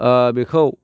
बेखौ